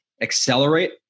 accelerate